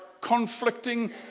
conflicting